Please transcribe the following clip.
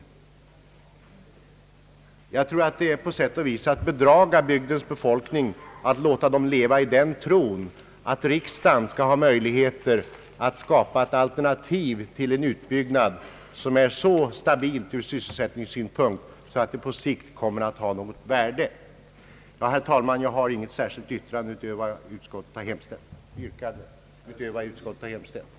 Jag tror att det på sätt och vis är att bedra bygdens befolkning om man låter den leva i den tron att riksdagen skall ha möjlighet att skapa ett alternativ till en utbyggnad, vilket är så stabilt ur sysselsättningssynpunkt att det på sikt kommer att ha något värde. Herr talman! Jag har intet yrkande utöver vad utskottet hemställt.